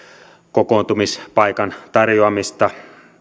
kokoontumispaikan tarjoamista